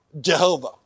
Jehovah